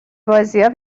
بازیا